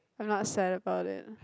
I'm not sad about it